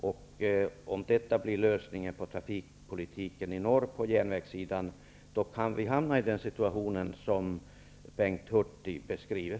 Om detta blir lösningen på trafikpolitiken i norr på järnvägssidan, kan vi hamna i en sådan situation som Bengt Hurtig beskriver.